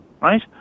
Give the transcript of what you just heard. right